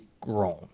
grown